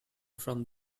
from